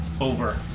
over